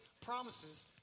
promises